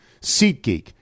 SeatGeek